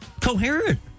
coherent